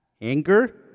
Anger